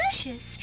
Delicious